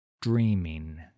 Dreaming